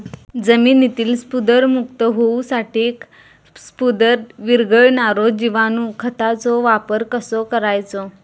जमिनीतील स्फुदरमुक्त होऊसाठीक स्फुदर वीरघळनारो जिवाणू खताचो वापर कसो करायचो?